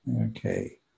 Okay